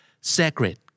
sacred